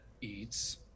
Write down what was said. Eats